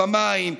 במים,